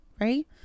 right